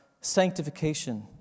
Sanctification